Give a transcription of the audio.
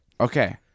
Okay